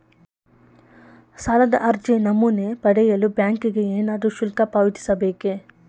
ಸಾಲದ ಅರ್ಜಿ ನಮೂನೆ ಪಡೆಯಲು ಬ್ಯಾಂಕಿಗೆ ಏನಾದರೂ ಶುಲ್ಕ ಪಾವತಿಸಬೇಕೇ?